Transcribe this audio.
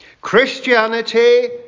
Christianity